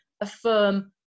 affirm